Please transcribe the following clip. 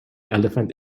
elephant